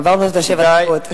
עברנו את שבע הדקות.